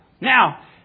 Now